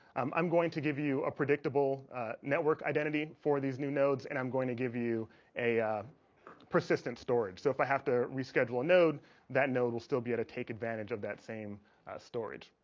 um i'm going to give you a predictable network identity for these new nodes, and i'm going to give you a persistent storage so if i have to reschedule a node that node will still be at a take advantage of that same storage